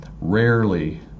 rarely